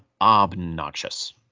obnoxious